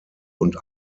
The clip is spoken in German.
und